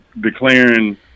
declaring